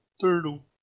turtle